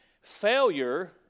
failure